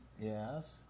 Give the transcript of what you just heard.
Yes